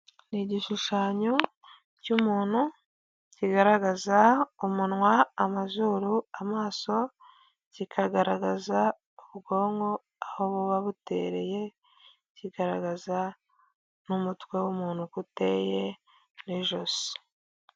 Ni igishushanyo cy'umuntu, kigaragaza umunwa, amazuru, amaso, kikagaragaza ubwonko aho buba butereye, kigaragaza n'umutwe w'umuntu uko uteye n'ijosi.